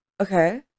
Okay